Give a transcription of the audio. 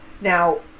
Now